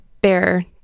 bear